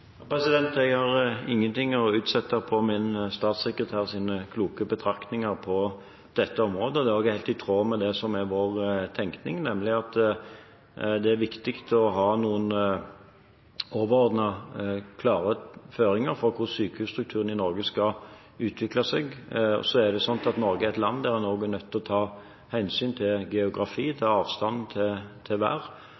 Jeg har ingen ting å utsette på min statssekretærs kloke betraktninger på dette området. Det er helt i tråd med det som er vår tenkning, nemlig at det er viktig å ha noen overordnede, klare føringer for hvordan sykehusstrukturen i Norge skal utvikles. Så er Norge et land der man også er nødt til å ta hensyn til geografi, til avstand, til vær,